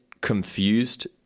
confused